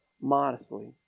modestly